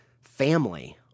family